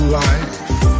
life